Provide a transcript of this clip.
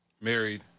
married